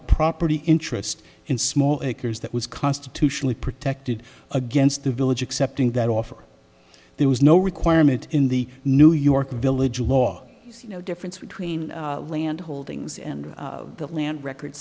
a property interest in small acres that was constitutionally protected against the village accepting that offer there was no requirement in the new york village law no difference between land holdings and the land record